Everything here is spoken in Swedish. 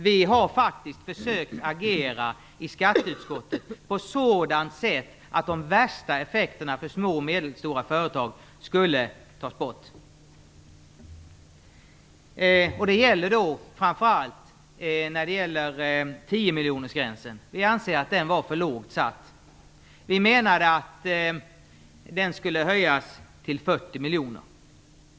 Vi har faktiskt försökt att agera i skatteutskottet på ett sådant sätt att de värsta effekterna för små och medelstora företag skulle tas bort. Det gäller då framför allt 10-miljonersgränsen. Vi anser att gränsen var för lågt satt. Den borde ha höjts till 40 miljoner.